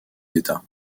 états